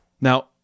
Now